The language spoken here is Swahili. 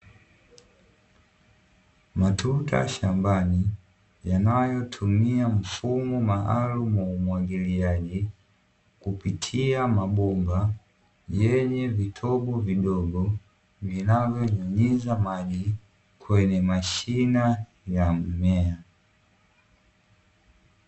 Matuta shambani yanayotumia mfumo maalumu wa umwagiliaji kupitia mabomba yenye vitobo vidogo vinavyonyunyiza maji kwenye mashina ya mmea.